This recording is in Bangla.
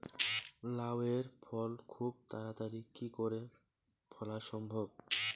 লাউ এর ফল খুব তাড়াতাড়ি কি করে ফলা সম্ভব?